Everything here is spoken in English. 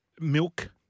milk